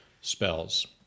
spells